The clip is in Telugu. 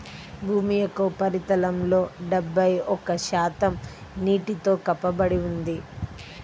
భూమి యొక్క ఉపరితలంలో డెబ్బై ఒక్క శాతం నీటితో కప్పబడి ఉంది